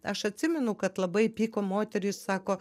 aš atsimenu kad labai pyko moteris sako